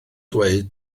dweud